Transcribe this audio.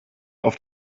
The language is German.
auf